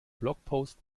blogpost